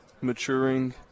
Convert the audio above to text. maturing